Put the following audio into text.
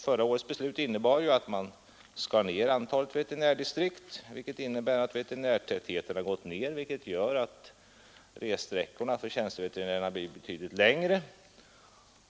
Förra årets beslut innebar ju att man skar ner antalet veterinärdistrikt, vilket gjort att veterinärtätheten gått ner och att ressträckorna för tjänsteveterinärerna blivit betydligt längre.